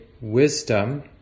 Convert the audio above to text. wisdom